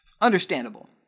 Understandable